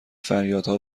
فریادها